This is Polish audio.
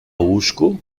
łóżku